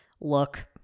Look